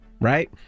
right